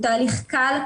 הוא תהליך קל,